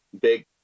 big